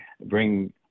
bring